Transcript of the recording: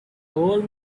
old